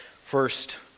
first